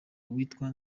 witwa